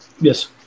Yes